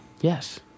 Yes